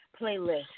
playlist